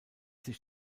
sich